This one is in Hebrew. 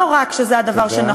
לא רק שזה הדבר, תודה.